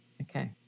Okay